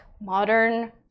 modern